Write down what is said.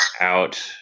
out